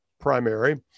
primary